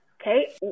Okay